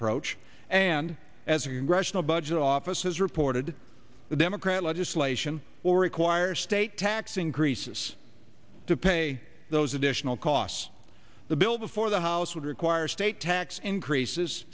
approach and as aggression a budget office has reported the democrat legislation or require state tax increases to pay those additional costs the bill before the house would require state tax increases